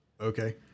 Okay